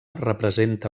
representa